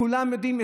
כולם יודעים,